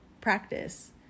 practice